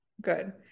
good